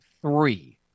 three